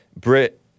Brit